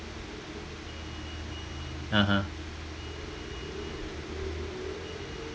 (uh huh)